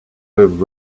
third